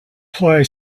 play